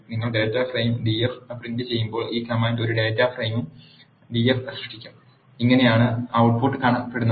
നിങ്ങൾ data frame df പ്രിന്റുചെയ്യുമ്പോൾ ഈ കമാൻഡ് ഒരു ഡാറ്റ ഫ്രെയിം df സൃഷ്ടിക്കും ഇങ്ങനെയാണ് ട്ട് പുട്ട്കാണപ്പെടുന്നത്